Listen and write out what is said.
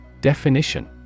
Definition